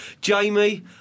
Jamie